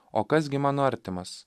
o kas gi mano artimas